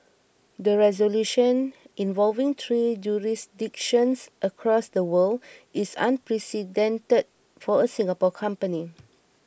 the resolution involving three jurisdictions across the world is unprecedented for a Singapore company